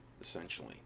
essentially